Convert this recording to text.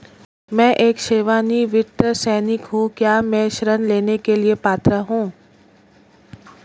मैं एक सेवानिवृत्त सैनिक हूँ क्या मैं ऋण लेने के लिए पात्र हूँ?